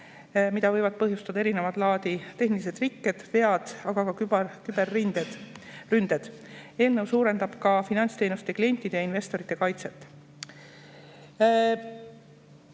mida võivad ohustada erinevat laadi tehnilised rikked, vead, aga ka küberründed. Eelnõu suurendab ka finantsteenuste klientide ja investorite kaitset. Väike